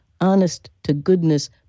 honest-to-goodness